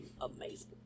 amazing